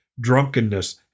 drunkenness